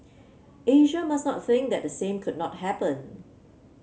Asia must not think that the same could not happen